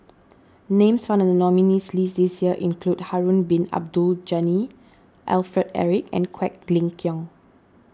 names found in the nominees' list this year include Harun Bin Abdul Ghani Alfred Eric and Quek Ling Kiong